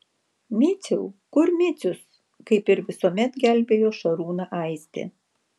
miciau kur micius kaip ir visuomet gelbėjo šarūną aistė